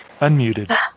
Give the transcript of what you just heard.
Unmuted